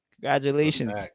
Congratulations